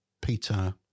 Peter